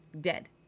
dead